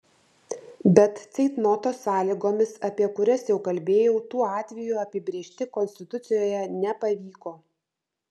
bet ceitnoto sąlygomis apie kurias jau kalbėjau tų atvejų apibrėžti konstitucijoje nepavyko